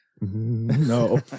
No